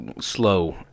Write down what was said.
slow